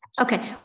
Okay